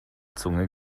zunge